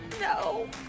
No